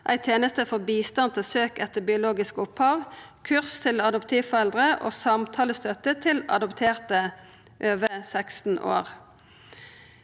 ei teneste for bistand til søk etter biologisk opphav, kurs til adoptivforeldre og samtalestøtte til adopterte over 16 år.